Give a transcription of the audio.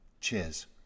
Cheers